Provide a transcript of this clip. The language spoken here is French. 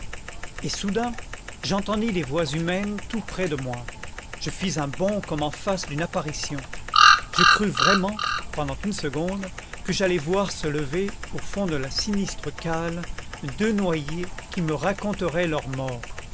et soudain j'entendis des voix humaines tout près de moi je fis un bond comme en face d'une apparition je crus vraiment pendant une seconde que j'allais voir se lever au fond de la sinistre cale deux noyés qui me raconteraient leur mort